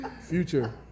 Future